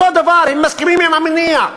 אותו דבר, מסכימים למניע.